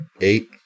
eight